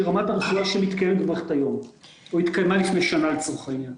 רמת הרפואה שמתקיימת במערכת היום או התקיימה לפני שנה לצורך העניין.